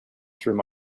through